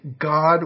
God